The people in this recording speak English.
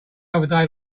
another